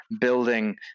building